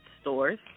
stores